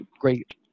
great